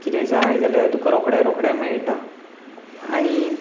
कितेंय जाय जाल्यार तुका रोखडे रोखडें मेळटा आनी